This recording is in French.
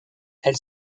elle